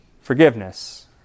forgiveness